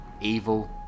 Evil